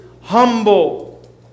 humble